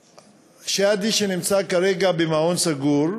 שאדי, שנמצא כרגע במעון סגור,